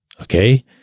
Okay